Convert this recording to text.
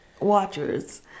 watchers